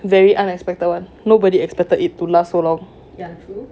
very unexpected [one] nobody expected it to last so long